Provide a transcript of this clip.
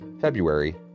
February